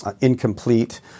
incomplete